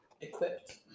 equipped